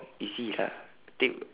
easy lah take